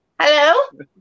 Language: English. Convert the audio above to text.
Hello